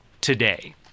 today